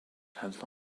have